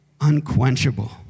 unquenchable